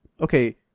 okay